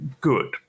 good